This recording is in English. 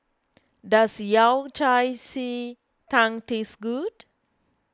does Yao Cai Ji Tang taste good